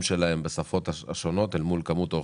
שלהם בשפות השונות אל מול גודל האוכלוסייה.